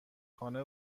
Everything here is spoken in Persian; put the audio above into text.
خانه